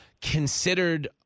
considered